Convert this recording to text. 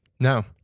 No